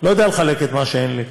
לא יודע לחלק את מה שאין לי.